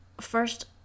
First